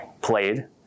Played